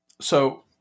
So-